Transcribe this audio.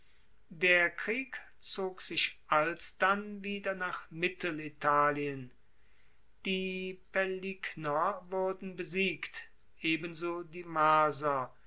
der krieg zog sich alsdann wieder nach mittelitalien die paeligner wurden besiegt ebenso die marser